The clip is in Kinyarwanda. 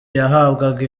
yahabwaga